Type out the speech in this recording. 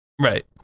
right